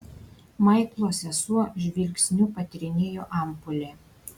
maiklo sesuo žvilgsniu patyrinėjo ampulę